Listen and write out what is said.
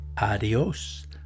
Adios